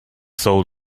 soul